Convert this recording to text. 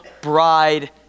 bride